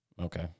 Okay